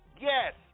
Yes